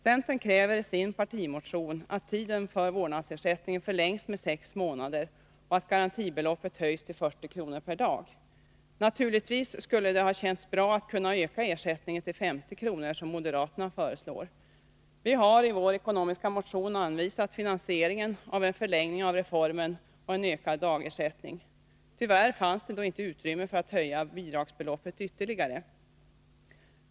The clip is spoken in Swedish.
Centern kräver i sin partimotion att tiden för vårdnadsersättningen förlängs med sex månader och att garantibeloppet höjs till 40 kr. per dag. Naturligtvis skulle det ha känts bra att kunna öka ersättningen till 50 kr. som moderaterna föreslår. Vi har i vår ekonomiska motion anvisat finansiering av en förlängning av reformen och en ökad dagersättning. Tyvärr fanns det då inte utrymme för att höja bidragsbeloppet ytterligare.